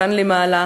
כאן למעלה,